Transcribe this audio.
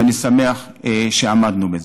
ואני שמח שעמדנו בזה.